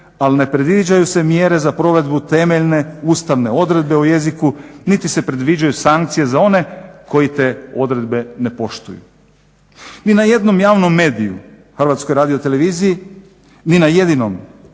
ali ne predviđaju se mjere za provedbu temeljne ustavne odredbe o jeziku niti se predviđaju sankcije za one koji te odredbe ne poštuju. Ni na jedinom javnom mediju Hrvatskoj radioteleviziji ne